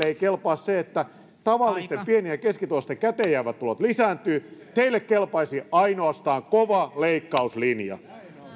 ei kelpaa se että tavallisten pieni ja keskituloisten käteenjäävät tulot lisääntyvät teille kelpaisi ainoastaan kova leikkauslinja